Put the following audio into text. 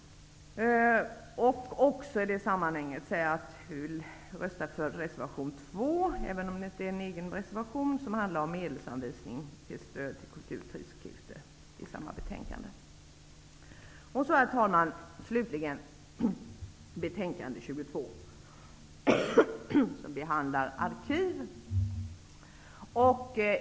I det sammanhanget vill jag också säga att vi avser att rösta för reservation 2 i betänkande 26. Reservationen, som inte framställts av oss, gäller medelsanvisningen under anslaget Stöd till kulturtidskrifter. Herr talman! Slutligen några ord om betänkande 22 som gäller arkiv.